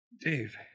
Dave